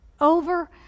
over